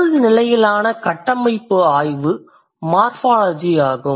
சொல் நிலையிலான கட்டமைப்பு ஆய்வு மார்ஃபாலஜி ஆகும்